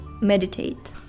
meditate